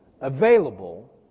available